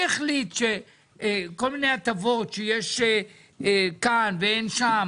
מי החליט על כל מיני הטבות שיש שם ואין כאן,